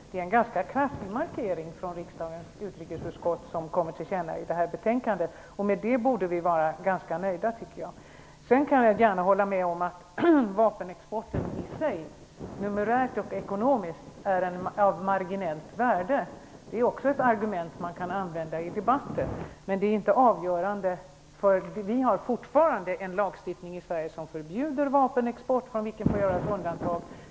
Det är en ganska kraftig markering från riksdagens utrikesutskott som kommer till känna i betänkandet. Med det borde vi vara ganska nöjda, tycker jag. Sedan kan jag gärna hålla med om att vapenexport i sig, numerärt och ekonomiskt, är av marginellt värde. Det är också ett argument som man kan använda i debatten. Men det är inte avgörande, för vi har fortfarande en lagstiftning i Sverige, från vilken man får göra undantag, som förbjuder vapenexport.